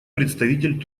представитель